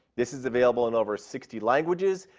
this is available in over sixty languages.